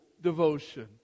devotion